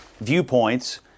viewpoints